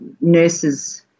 nurses